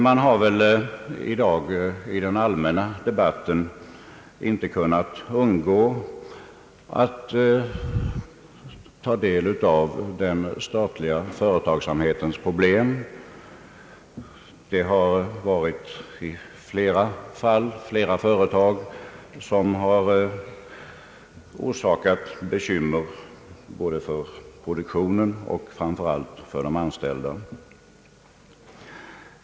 Man har i den allmänna debatten inte kunnat undgå att ta del av den statliga företagsamhetens problem. I flera företag har det uppstått bekymmer både för produktionen och — framför allt — för de anställda.